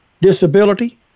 disability